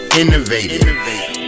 innovative